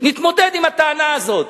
הזאת